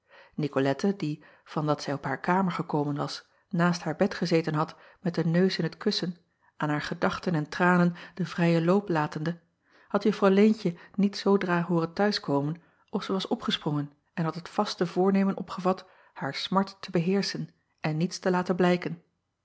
icolette die van dat zij op hare kamer gekomen was naast haar bed gezeten had met den neus in t kussen aan haar gedachten en tranen den vrijen loop latende had uffrouw eentje niet zoodra hooren t huis komen of zij was opgesprongen en had het vaste voornemen opgevat haar smart te beheerschen en niets te laten blijken